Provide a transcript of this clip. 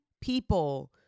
people